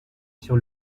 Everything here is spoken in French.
sur